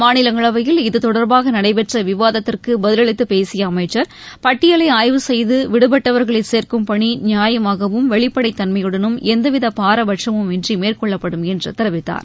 மாநிலங்களவையில் இது தொடர்பாக நடைபெற்ற விவாதத்திற்கு பதிலளித்துப் பேசிய அமைச்சர் பட்டியலை ஆய்வு செய்து விடுபட்டவர்களை சேர்க்கும் பணி நியாயமாகவும் வெளிப்படைத் தன்மையுடனும் எவ்வித பாரபட்சமின்றி மேற்கொள்ளப்படும் என்று தெரிவித்தார்